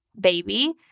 baby